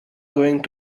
going